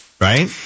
right